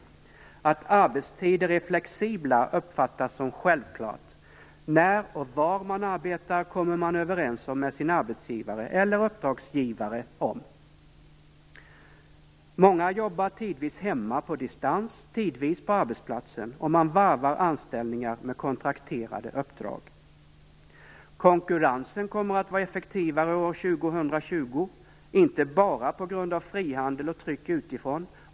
Att arbetstider är flexibla uppfattas som självklart. När och var man arbetar kommer man överens om med sin arbetsgivare eller uppdragsgivare. Många jobbar tidvis hemma på distans, tidvis på arbetsplatsen, och man varvar anställningar med kontrakterade uppdrag. Konkurrensen kommer att vara effektivare år 2020 inte bara på grund av frihandel och tryck utifrån.